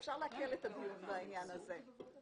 אפשר להקל את הדיון בעניין הזה.